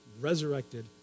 resurrected